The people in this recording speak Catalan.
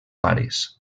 pares